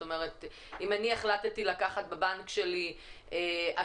אם אני החלטתי לקחת בבנק שלי אשראי,